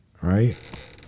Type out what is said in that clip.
right